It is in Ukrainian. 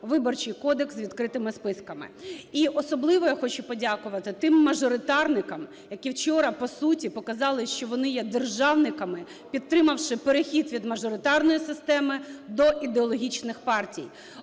Виборчий кодекс з відкритими списками. І особливо я хочу подякувати тим мажоритарникам, які вчора по суті показали, що вони є державниками, підтримавши перехід від мажоритарної системи до ідеологічних партій.